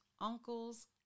uncles